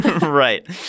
right